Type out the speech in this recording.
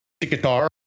guitar